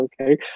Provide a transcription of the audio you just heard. Okay